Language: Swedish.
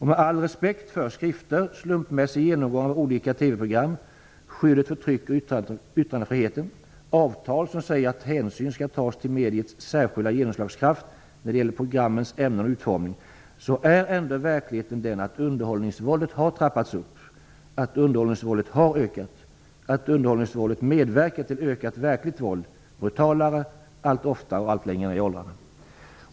Med all respekt för skrifter, slumpmässig genomgång av olika TV-program, skyddet för tryck och yttrandefriheten och avtal som säger att hänsyn skall tas till mediets särskilda genomslagskraft när det gäller programmens ämnen och utformning är ändå verkligheten den att underhållningsvåldet har trappats upp, att underhållningsvåldet har ökat, att underhållningsvåldet medverkar till ett ökat verkligt våld som blir brutalare och som sker allt oftare och allt längre ner i åldrarna.